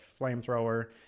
flamethrower